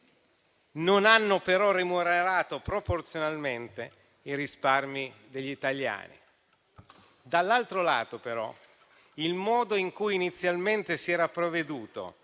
non hanno però remunerato proporzionalmente i risparmi degli italiani. Dall'altro lato, però, il modo in cui inizialmente si era provveduto